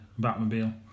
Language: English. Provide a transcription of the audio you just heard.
Batmobile